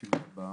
הישיבה ננעלה